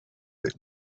that